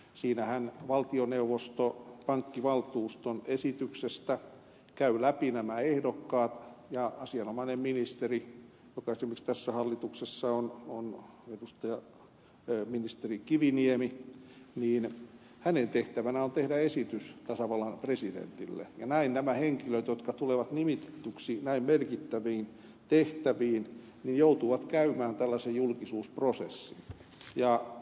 siinähän valtioneuvosto pankkivaltuuston esityksestä käy läpi nämä ehdokkaat ja asianomaisen ministerin joka esimerkiksi tässä hallituksessa on ministeri kiviniemi tehtävänä on tehdä esitys tasavallan presidentille ja näin nämä henkilöt jotka tulevat nimitetyiksi näin merkittäviin tehtäviin joutuvat käymään läpi tällaisen julkisuusprosessin